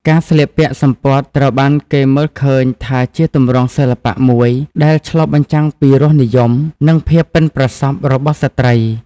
ការស្លៀកពាក់សំពត់ត្រូវបានគេមើលឃើញថាជាទម្រង់សិល្បៈមួយដែលឆ្លុះបញ្ចាំងពីរសនិយម និងភាពប៉ិនប្រសប់របស់ស្ត្រី។